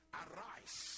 arise